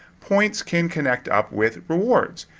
points can connect up with rewards.